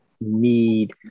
need